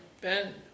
Ben